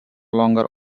longer